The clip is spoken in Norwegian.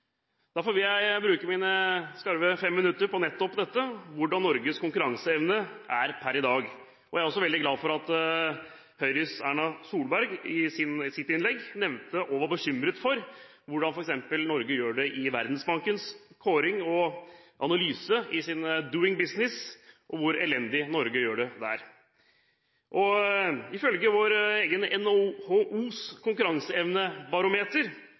Derfor vil jeg bruke mine skarve 5 minutter på nettopp hvordan Norges konkurranseevne er per i dag. Jeg er veldig glad for at Høyres Erna Solberg i sitt innlegg nevnte og var bekymret over hvor elendig Norge gjør det i Verdensbankens kåring og analyse, ut fra deres «Doing Business». Ifølge vår egen NHOs konkurranseevnebarometer skårer Norge dårligst blant de nordiske landene. Ikke på noen av de områdene som sammenlignes, kommer Norge best ut. NHOs konkurranseevnebarometer